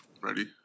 ready